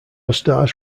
stars